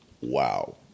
Wow